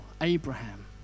Abraham